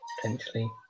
potentially